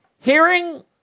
hearing